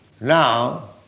Now